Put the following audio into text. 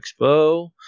Expo